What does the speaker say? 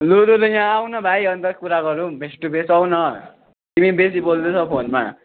लौरो लिएर यहाँ आउनु भाइ अन्त कुरा गरौँ फेस टु फेस आउनु तिमी बेसी बोल्दैछौ फोनमा